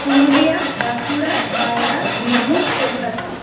Purulia Bankura Malda Birbhum Kolkata